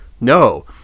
No